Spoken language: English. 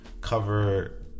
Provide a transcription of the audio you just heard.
cover